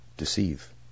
deceive